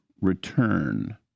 return